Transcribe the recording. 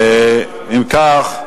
אם כך,